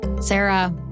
Sarah